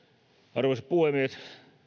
arvoisa puhemies